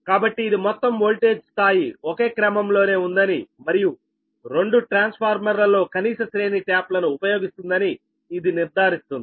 కాబట్టి ఇది మొత్తం వోల్టేజ్ స్థాయి ఒకే క్రమంలోనే ఉందని మరియు రెండు ట్రాన్స్ఫార్మర్లలో కనీస శ్రేణి ట్యాప్లను ఉపయోగిస్తుందని ఇది నిర్ధారిస్తుంది